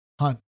hunt